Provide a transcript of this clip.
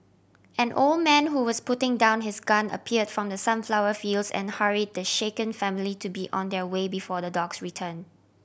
an old man who was putting down his gun appear from the sunflower fields and hurry the shaken family to be on their way before the dogs return